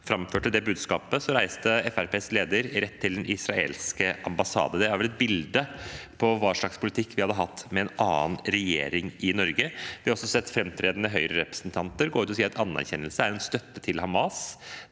framførte budskapet, reiste Fremskrittspartiets leder rett til den israelske ambassaden. Det er vel et bilde på hva slags politikk vi hadde hatt med en annen regjering i Norge. Vi har også sett framtredende Høyre-representanter gå ut og si at anerkjennelse er en støtte til Hamas.